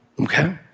Okay